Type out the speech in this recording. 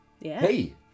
hey